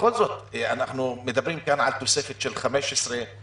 בכל זאת אנחנו מדברים על תוספת של 15 חברי